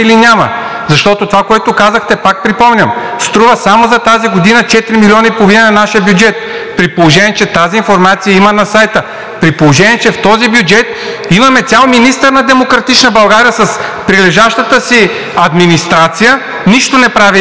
Защото това, което казахте – пак припомням – струва само за тази година 4 милиона и половина на нашия бюджет, при положение че тази информация я има на сайта, при положение че в този бюджет имаме цял министър на „Демократична България“ с прилежащата му администрация, нищо не правейки,